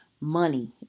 money